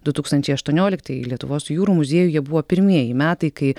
du tūkstančiai aštuonioliktieji lietuvos jūrų muziejuje buvo pirmieji metai kai